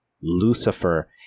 Lucifer